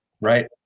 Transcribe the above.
right